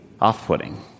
off-putting